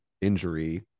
injury